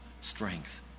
strength